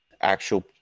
actual